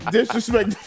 Disrespect